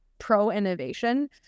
pro-innovation